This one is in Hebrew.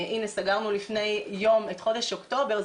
סגרנו לפני יום את חודש אוקטובר.